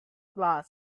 glass